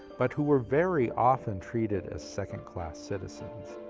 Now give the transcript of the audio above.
but who were very often treated as second class citizens.